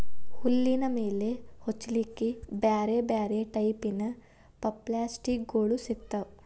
ಹುಲ್ಲಿನ ಮೇಲೆ ಹೊಚ್ಚಲಿಕ್ಕೆ ಬ್ಯಾರ್ ಬ್ಯಾರೆ ಟೈಪಿನ ಪಪ್ಲಾಸ್ಟಿಕ್ ಗೋಳು ಸಿಗ್ತಾವ